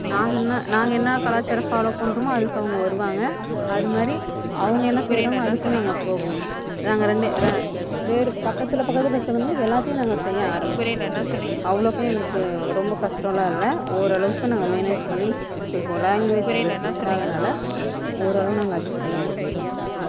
நாங்கள் என்ன நாங்கள் என்ன கலாச்சாரம் ஃபாலோவ் பண்ணுறமோ அதுக்கு அவங்க வருவாங்க அதுமாதிரி அவங்க என்ன செய்யுறாங்களோ அதுக்கு நாங்கள் போவோம் நாங்கள் ரெண்டு வேறு பக்கத்தில் பக்கத்தில் இருக்கிறதனால எல்லாத்தையும் நாங்கள் செய்ய ஆரம்மிச்சிக்குவோம் அவ்ளோவுக்கு எங்களுக்கு ரொம்ப கஷ்டலாம் இல்லை ஓரளவுக்கு நாங்கள் மேனேஜ் பண்ணி போய்க்குவோம் லாங்வேஜ் பிரச்சனை இல்லாததனால ஓரளவு நாங்கள் அட்ஜஸ் பண்ணி ஓட்டிடுவோம்